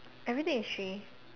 everything is three